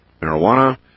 Marijuana